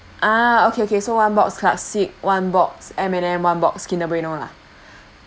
ah okay okay so one box classic one box M&Ms one box Kinder Bueno lah